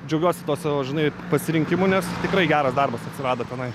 džiaugiuosi tuo savo žinai pasirinkimu nes tikrai geras darbas atsirado tenai